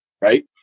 right